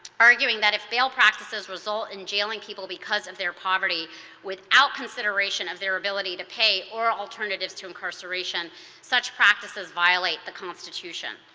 arguing that if they'll practices resulted in jailing people because of their property without consideration of their ability to pay or alternatives to incarceration such actresses violate the constitution.